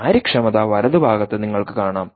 കാര്യക്ഷമത വലതുഭാഗത്ത് നിങ്ങൾക്ക് കാണാം